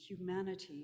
humanity